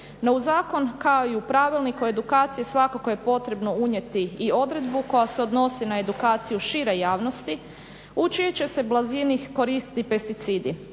No u zakon kao i u Pravilnik o edukaciji svakako je potrebno unijeti i odredbu koja se odnosi na edukaciju šire javnosti, u čijoj će se blizini koristiti pesticidi.